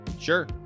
Sure